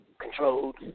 controlled